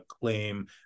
claim